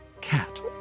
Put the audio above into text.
cat